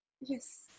Yes